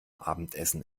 abendessen